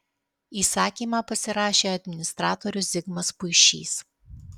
įsakymą pasirašė administratorius zigmas puišys